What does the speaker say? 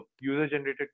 user-generated